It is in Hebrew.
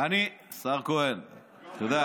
אתה יודע,